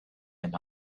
and